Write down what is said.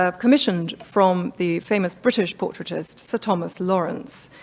ah commissioned from the famous british portraitist, sir thomas lawrence.